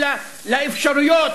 אלא לאפשרויות